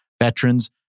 veterans